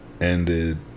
ended